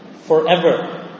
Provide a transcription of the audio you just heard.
Forever